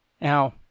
Now